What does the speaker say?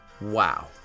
Wow